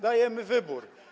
Dajemy wybór.